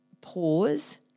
pause